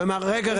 ואמר רגע,